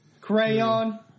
Crayon